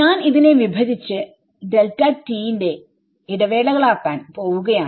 ഞാൻ ഇതിനെ വിഭജിച്ച് ന്റെ ഇടവേളകളാക്കാൻ പോവുകയാണ്